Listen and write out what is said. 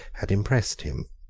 had impressed him.